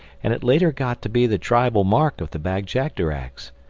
and it later got to be the tribal mark of the bag-jagderags.